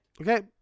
okay